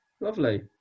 lovely